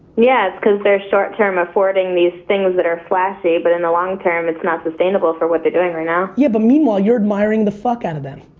yeah it's cause they're short term affording these things that are flashy but in the long term, it's not sustainable for what they're doing right now. yeah but meanwhile, you're admiring the fuck out of them.